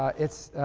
it's,